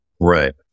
Right